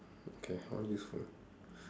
okay how useful